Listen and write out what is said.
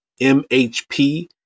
MHP